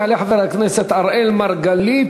יעלה חבר הכנסת אראל מרגלית,